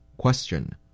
Question